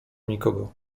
nikogo